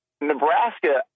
Nebraska